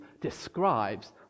describes